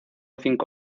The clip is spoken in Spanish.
cinco